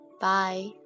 Bye